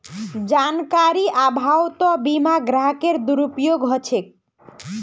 जानकारीर अभाउतो बीमा ग्राहकेर दुरुपयोग ह छेक